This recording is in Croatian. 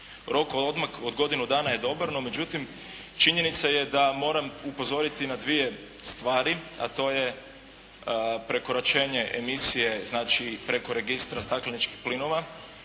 Rok od godinu dana je dobar, no međutim činjenica je da moram upozoriti na dvije stvari, a to je prekoračenje emisije znači preko registra stakleničkih plinova